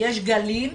יש גלים,